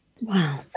Wow